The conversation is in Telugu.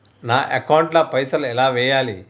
నా అకౌంట్ ల పైసల్ ఎలా వేయాలి?